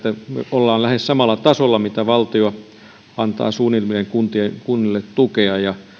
ollaan lähes samalla tasolla kuin mitä valtio suunnilleen antaa kunnille tukea ja